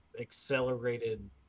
accelerated